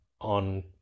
on